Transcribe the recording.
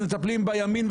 אז מטפלים בימין,